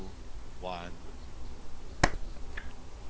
one